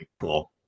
cool